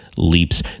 Leaps